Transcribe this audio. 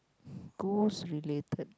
ghost related